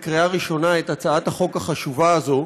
לקריאה ראשונה את הצעת החוק החשובה הזאת.